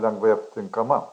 lengvai aptinkama